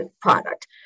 product